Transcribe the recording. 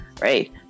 Right